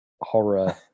horror